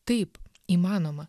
taip įmanoma